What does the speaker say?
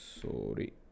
sorry